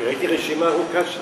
ראיתי רשימה ארוכה שם.